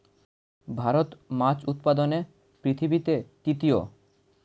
ভারত মাছ উৎপাদনে পৃথিবীতে তৃতীয়